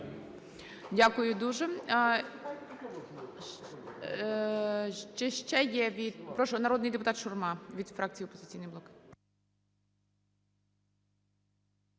Дякую дуже.